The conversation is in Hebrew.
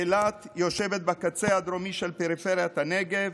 אילת יושבת בקצה הדרומי של פריפריית הנגב,